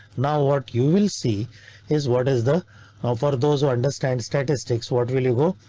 now what you will see is what is the for those who understand statistiques? what will you go?